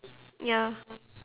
ya